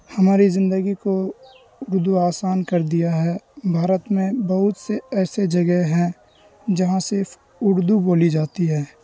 ہماری زندگی کو اردو آسان کر دیا ہے بھارت میں بہت سے ایسے جگہ ہیں جہاں صرف اردو بولی جاتی ہے